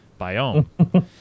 Biome